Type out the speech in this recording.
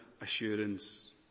assurance